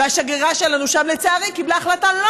שהשגרירה שלנו שם לצערי קיבלה החלטה לא